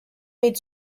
made